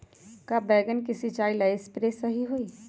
का बैगन के सिचाई ला सप्रे सही होई?